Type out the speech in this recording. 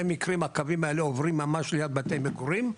מקרים הקווים האלה עוברים ממש ליד בתי מגורים.